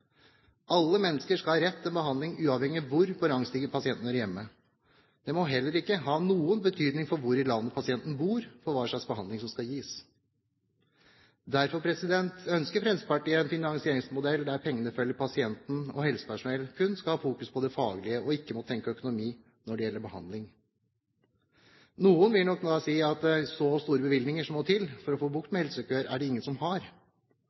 Hvor i landet pasienten bor, må heller ikke ha noen betydning for hva slags behandling som skal gis. Derfor ønsker Fremskrittspartiet en finansieringsmodell der pengene følger pasienten. Helsepersonell skal kun ha fokus på det faglige og ikke måtte tenke økonomi når det gjelder behandling. Noen vil nok nå si at så store bevilgninger som må til for å få bukt med helsekøer, er det ingen som har.